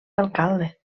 alcalde